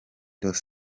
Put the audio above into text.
dos